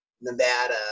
Nevada